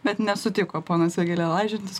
bet nesutiko ponas vėgėlė lažintis